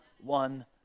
one